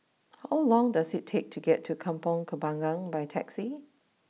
how long does it take to get to Kampong Kembangan by taxi